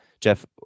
Jeff